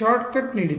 shortcut ನೀಡಿದ್ದೇನೆ